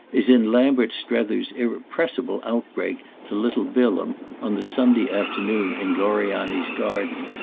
is in lambert strether's irrepressible outbreak to little bilham on the sunday afternoon in gloriani's garden,